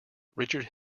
richard